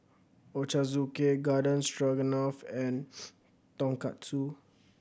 Ochazuke Garden Stroganoff and Tonkatsu